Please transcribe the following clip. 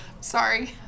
sorry